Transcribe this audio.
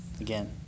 again